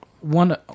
one